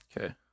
Okay